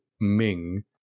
Ming